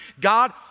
God